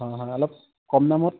হয় হয় অলপ কম দামত